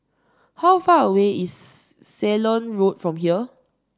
how far away is Ceylon Road from here